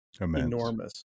enormous